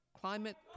climate